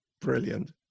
Brilliant